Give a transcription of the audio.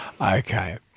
Okay